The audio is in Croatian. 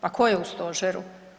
Pa tko je u Stožeru?